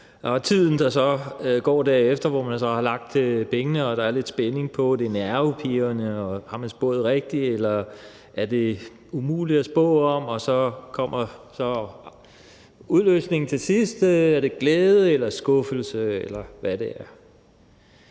Tiden derefter, hvor man så har lagt pengene, er der lidt spænding på. Det er nervepirrende: Har man spået rigtigt, eller er det umuligt at spå om? Så kommer udløsningen så til sidst, om det er glæde eller skuffelse, eller hvad det er.